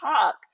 talk